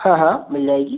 हाँ हाँ मिल जाएगी